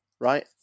right